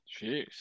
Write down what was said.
Jeez